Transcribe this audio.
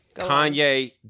Kanye